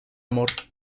amor